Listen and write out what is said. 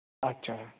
ਅੱਛਾ